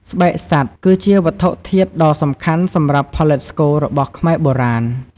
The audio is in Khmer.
ស្បែកសត្វ គឺជាវត្ថុធាតុដ៏សំខាន់សម្រាប់ផលិតស្គររបស់ខ្មែរបុរាណ។